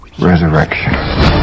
Resurrection